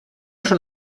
schon